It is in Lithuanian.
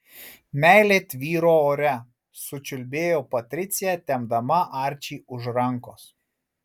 meilė tvyro ore sučiulbėjo patricija tempdama arčį už rankos